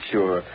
Sure